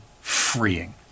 freeing